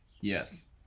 Yes